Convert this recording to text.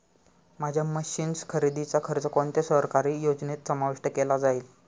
माझ्या मशीन्स खरेदीचा खर्च कोणत्या सरकारी योजनेत समाविष्ट केला जाईल?